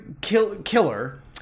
killer